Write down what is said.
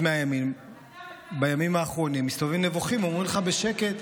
מהימין בימים האחרונים מסתובבים נבוכים ואומרים לך בשקט: